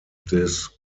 this